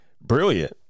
brilliant